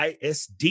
ISD